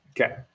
Okay